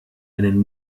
einen